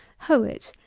hoe it,